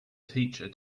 teacher